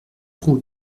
route